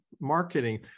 marketing